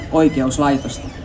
oikeuslaitosta